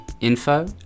info